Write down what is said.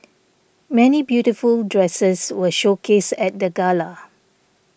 many beautiful dresses were showcased at the gala